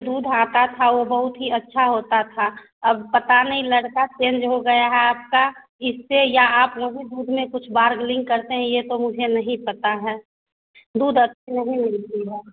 दूध आता था वो बहुत ही अच्छा होता था अब पता नहीं लड़का चेंज हो गया है आपका इससे या आप वहीं दूध में कुछ बार्गलिंग करते हैं ये तो मुझे नहीं पता है दूध अच्छा नहीं मिल रहा